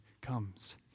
comes